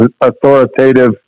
authoritative